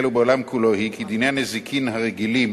ובעולם כולו היא כי דיני הנזיקין הרגילים